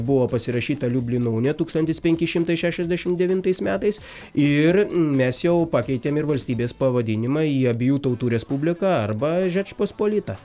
buvo pasirašyta liublino unija tūkstantis penki šimtai šešiasdešim devintais metais ir mes jau pakeitėm ir valstybės pavadinimą į abiejų tautų respubliką arba žečpospolitą